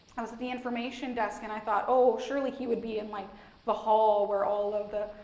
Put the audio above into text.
i was at the information desk, and, i thought oh surely he would be in like the hall where all of the,